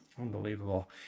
Unbelievable